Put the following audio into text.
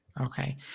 Okay